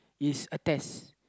it's attest